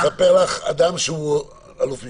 מספר לך אדם שהוא אלוף משנה,